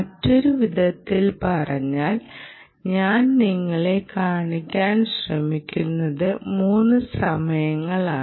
മറ്റൊരു വിധത്തിൽ പറഞ്ഞാൽ ഞാൻ നിങ്ങളെ കാണിക്കാൻ ശ്രമിക്കുന്നത് മുന്ന് സമയങ്ങളാണ്